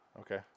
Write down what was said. okay